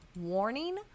Warning